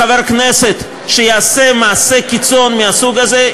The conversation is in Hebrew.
חבר כנסת שיעשה מעשה קיצון מהסוג הזה,